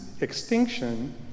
extinction